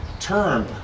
term